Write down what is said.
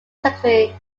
strictly